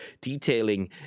detailing